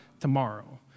Tomorrow